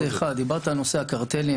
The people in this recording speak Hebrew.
הזכרת, עמיחי, את הנושא של הפגיעה